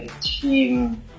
team